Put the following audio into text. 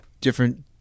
different